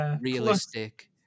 realistic